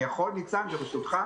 אני יכול, ניצן, ברשותך?